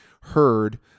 heard